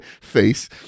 face